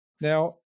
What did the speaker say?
Now